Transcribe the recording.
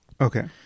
Okay